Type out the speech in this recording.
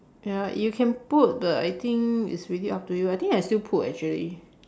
ya you can put but I think it's really up to you I think I still put actually